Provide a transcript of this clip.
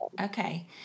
Okay